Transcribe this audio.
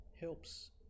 helps